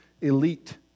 elite